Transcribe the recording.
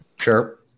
Sure